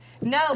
No